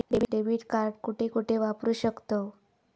Debit card कुठे कुठे वापरू शकतव?